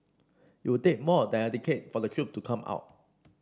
it would take more than a decade for the truth to come out